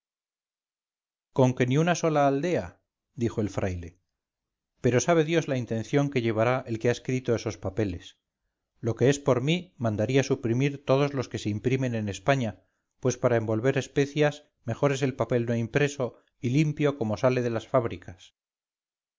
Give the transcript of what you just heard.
con que ni una sola aldea dijo el fraile pero sabe dios la intención que llevará el que ha escrito esos papeles lo que es por mí mandaría suprimir todos los que se imprimen en españa pues para envolver especias mejor es el papel no impreso y limpio como sale de las fábricas